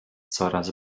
coraz